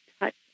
touch